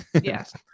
Yes